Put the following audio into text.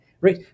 right